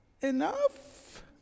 enough